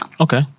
Okay